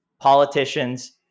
politicians